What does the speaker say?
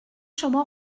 شما